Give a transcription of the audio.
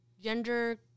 gender